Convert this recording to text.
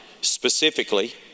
specifically